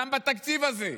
גם בתקציב הזה,